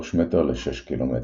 3 מטר ל-6 ק"מ,